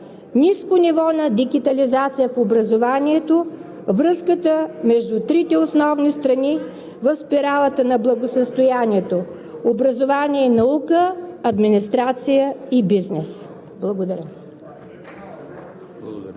ниско ниво на дигитализация в образованието, връзката между трите основни страни в спиралата на благосъстоянието – образование и наука, администрация и бизнес. Благодаря.